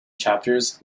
chapters